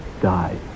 die